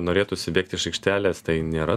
norėtųsi bėgti iš aikštelės tai nėra